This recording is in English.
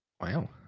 Wow